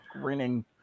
grinning